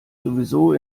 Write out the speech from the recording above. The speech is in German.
sowieso